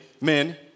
men